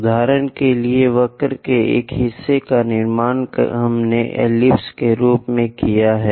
उदाहरण के लिए वक्र के एक हिस्से का निर्माण हमने एलिप्स के रूप में किया है